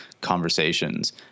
conversations